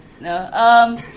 no